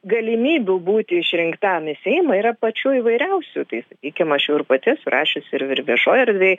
galimybių būti išrinktam į seimą yra pačių įvairiausių tai sakykim aš jau ir pati esu rašiusi ir viešoj erdvėj